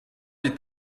est